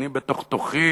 כי בתוך תוכי